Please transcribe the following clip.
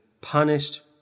punished